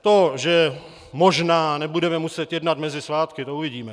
To, že možná nebudeme muset jednat mezi svátky, to uvidíme.